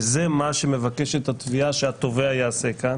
וזה מה שמבקשת התביעה שהתובע יעשה כאן